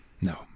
No